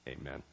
Amen